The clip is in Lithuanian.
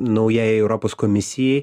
naujai europos komisijai